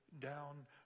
down